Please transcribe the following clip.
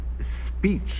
speech